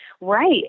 Right